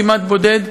אני כמעט בודד.